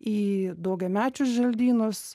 į daugiamečius želdynus